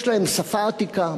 יש להם שפה עתיקה,